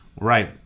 Right